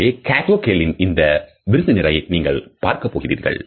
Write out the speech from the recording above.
எனவே Kato Kaelin இந்த விருந்தினரை நீங்கள் பார்க்கப் போகிறீர்கள்